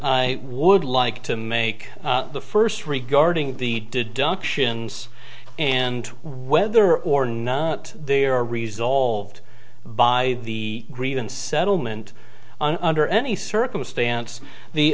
i would like to make the first regarding the deductions and whether or not they are resolved by the reagan settlement under any circumstance the